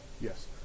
Yes